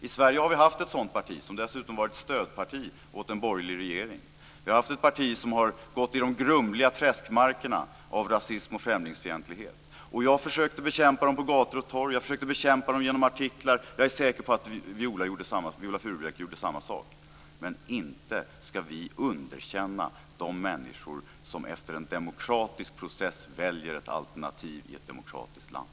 I Sverige har vi haft ett sådant parti, som dessutom var ett stödparti åt en borgerlig regering. Vi har haft ett parti som har gått i de grumliga träskmarkerna av rasism och främlingsfientlighet. Jag försökte bekämpa dem på gator och torg. Jag försökte bekämpa dem genom artiklar. Jag är säker på att Viola Furubjelke gjorde samma sak. Men inte ska vi underkänna de människor som efter en demokratisk process väljer ett alternativ i ett demokratiskt land.